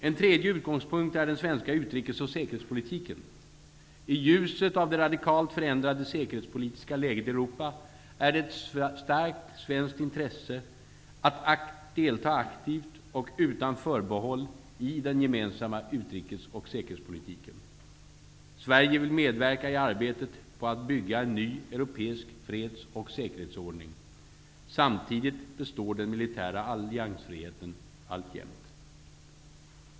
En tredje utgångspunkt är den svenska utrikes och säkerhetspolitiken. I ljuset av det radikalt förändrade säkerhetspolitiska läget i Europa är det ett starkt svenskt intresse att delta aktivt och utan förbehåll i den gemensamma utrikes och säkerhetspolitiken. Sverige vill medverka i arbetet på att bygga en ny europeisk freds och säkerhetsordning. Samtidigt består den militära alliansfriheten alltjämt.